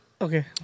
Okay